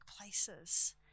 places